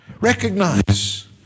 Recognize